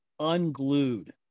unglued